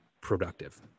productive